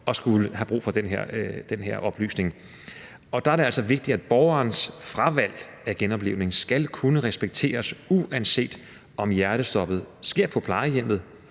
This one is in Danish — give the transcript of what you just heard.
og have brug for den her oplysning. Der er det altså vigtigt, at borgerens fravalg af genoplivning skal kunne respekteres, uanset om hjertestoppet sker på plejehjemmet